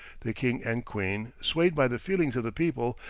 the king and queen, swayed by the feelings of the people,